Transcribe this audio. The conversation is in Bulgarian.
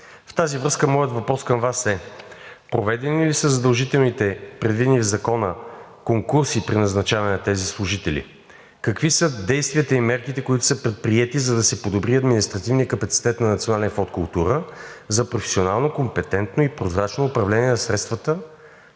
В тази връзка моят въпрос към Вас е: проведени ли са задължителните, предвидени в Закона, конкурси при назначаване на тези служители? Какви са действията и мерките, които са предприети, за да се подобри административният капацитет на Национален фонд „Култура“ за професионално, компетентно и прозрачно управление на средствата